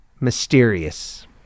mysterious